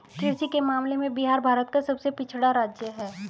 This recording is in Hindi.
कृषि के मामले में बिहार भारत का सबसे पिछड़ा राज्य है